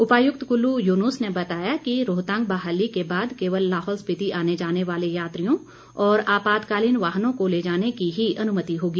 उपायुक्त कुल्लू यूनुस ने बताया कि रोहतांग बहाली के बाद केवल लाहौल स्पिति आने जाने वाले यात्रियों और आपातकालीन वाहनों को ले जाने की ही अनुमति होगी